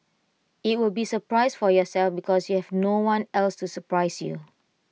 IT will be A surprise for yourself because you have no one else to surprise you